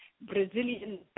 Brazilian